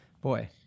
Boy